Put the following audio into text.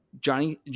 Johnny